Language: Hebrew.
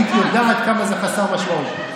היית יודעת כמה זה חסר משמעות.